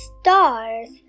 Stars